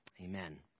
Amen